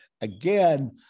Again